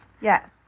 Yes